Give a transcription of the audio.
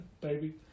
Baby